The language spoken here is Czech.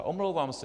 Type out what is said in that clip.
Omlouvám se.